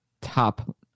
top